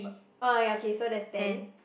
b~ oh ya okay so that's ten